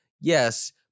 yes